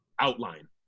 outline